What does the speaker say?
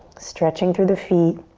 stretching through the feet.